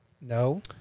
No